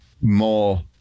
more